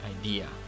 idea